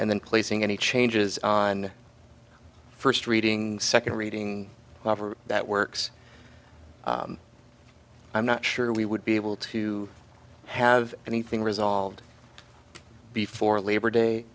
and then placing any changes on first reading second reading that works i'm not sure we would be able to have anything resolved before labor day